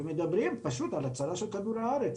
ומדברים על הצלה של כדור הארץ.